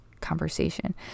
conversation